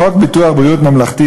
בחוק ביטוח בריאות ממלכתי,